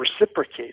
reciprocate